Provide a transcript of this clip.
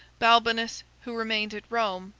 balbinus, who remained at rome,